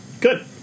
Good